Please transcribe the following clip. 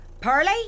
Pearly